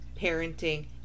parenting